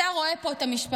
אתה רואה פה את המשפחות,